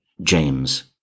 James